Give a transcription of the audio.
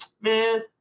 man